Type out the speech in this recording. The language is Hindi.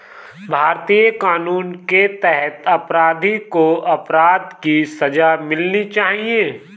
भारतीय कानून के तहत अपराधी को अपराध की सजा मिलनी चाहिए